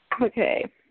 Okay